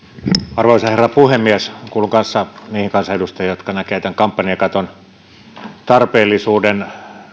arvoisa herra puhemies kuulun kanssa niihin kansanedustajiin jotka näkevät tämän kampanjakaton tarpeellisuuden